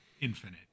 infinite